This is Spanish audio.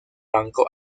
banco